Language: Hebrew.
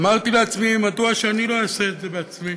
אמרתי לעצמי: מדוע שאני לא אעשה את זה בעצמי?